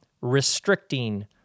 restricting